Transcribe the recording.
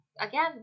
again